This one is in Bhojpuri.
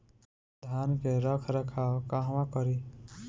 धान के रख रखाव कहवा करी?